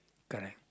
correct